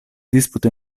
disputa